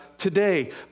Today